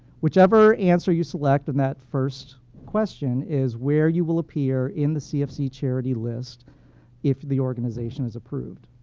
whichever answer you select in that first question is where you will appear in the cfc charity list if the organization is approved.